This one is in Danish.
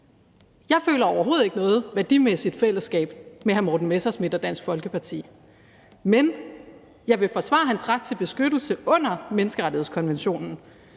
Jeg føler overhovedet ikke noget værdimæssigt fællesskab med hr. Morten Messerschmidt og Dansk Folkeparti, men jeg vil forsvare hans ret til beskyttelse under menneskerettighedskonventionen,